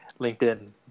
LinkedIn